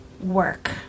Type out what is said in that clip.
work